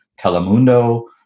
Telemundo